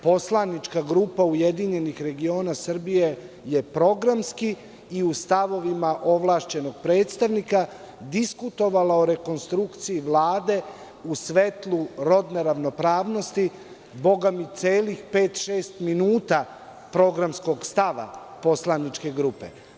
Poslanička grupa URS je programski i u stavovima ovlašćenog predstavnika diskutovala o rekonstrukciji Vlade u svetlu rodne ravnopravnosti, bogami, celih pet, šest minuta programskog stava poslaničke grupe.